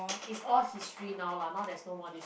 is all history now lah now there's no more this